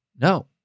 no